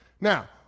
now